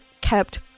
kept